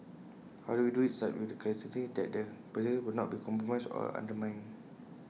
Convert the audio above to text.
how do we do IT such with the certainty that the practices will not be compromised or undermined